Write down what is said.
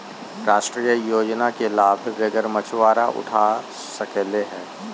राष्ट्रीय योजना के लाभ बेघर मछुवारा उठा सकले हें